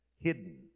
Hidden